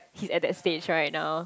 he at that stage right now